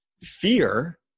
Fear